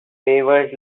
waivers